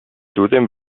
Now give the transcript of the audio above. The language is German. zudem